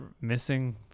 missing